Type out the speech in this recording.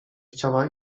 chciała